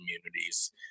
communities